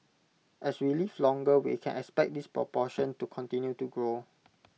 as we live longer we can expect this proportion to continue to grow